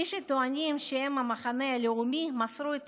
מי שטוענים שהם המחנה הלאומי מסרו את